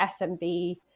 smb